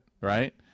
Right